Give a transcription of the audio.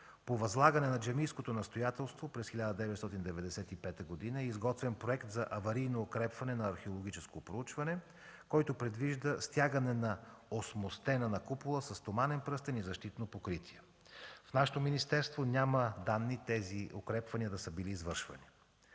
По възлагане на джамийското настоятелство през 1995 г. е изготвен проект за аварийно укрепване и археологическо проучване, който предвижда стягане на осмостена на купола със стоманен пръстен и защитно покритие. В нашето министерство няма данни тези укрепвания да са били извършвани.